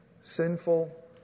sinful